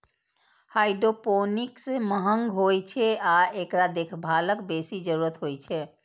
hydroponics महंग होइ छै आ एकरा देखभालक बेसी जरूरत होइ छै